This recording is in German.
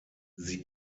sie